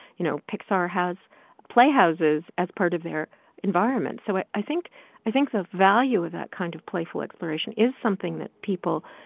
you know, pixar has playhouses as part of their environment so i think i think the value of that kind of playful exploration is something that people,